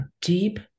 deep